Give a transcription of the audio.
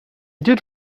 did